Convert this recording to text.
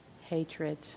hatred